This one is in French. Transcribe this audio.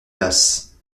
places